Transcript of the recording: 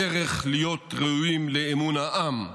הדרך להיות ראויים לאמון העם,